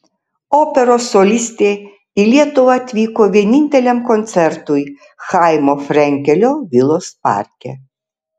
operos solistė į lietuvą atvyko vieninteliam koncertui chaimo frenkelio vilos parke